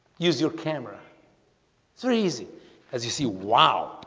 use your camera three easy as you see wow,